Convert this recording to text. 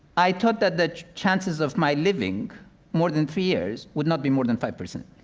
i thought that the chances of my living more than three years would not be more than five percent.